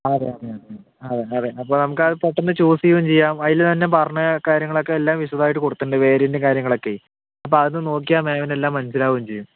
ആ അതെ അതെ അതെ ആ അതെ അതെ അപ്പോൾ നമുക്ക് ആ അത് പെട്ടെന്ന് ചൂസ് ചെയ്യുകയും ചെയ്യാം അതിൽ തന്നെ പറഞ്ഞ കാര്യങ്ങളൊക്കെ എല്ലാം വിശദമായിട്ട് കൊടുത്തിട്ടുണ്ട് വേരിയന്റും കാര്യങ്ങളൊക്കെയേ അപ്പം അതൊന്ന് നോക്കിയാൽ മാമിന് എല്ലാം മനസ്സിലാവുകയും ചെയ്യും